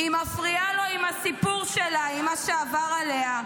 היא מפריעה לו עם הסיפור שלה עם מה שעבר עליה.